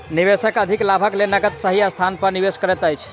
निवेशक अधिक लाभक लेल नकद सही स्थान पर निवेश करैत अछि